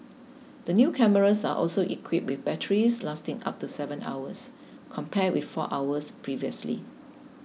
the new cameras are also equipped with batteries lasting up to seven hours compared with four hours previously